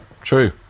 true